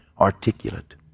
Articulate